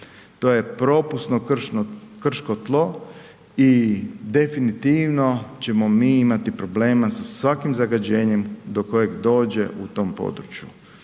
to je propusno krško tlo i definitivno ćemo mi imati problema sa svakim zagađenjem do kojeg dođe u tom području,